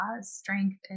Strength